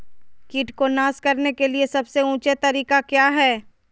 किट को नास करने के लिए सबसे ऊंचे तरीका काया है?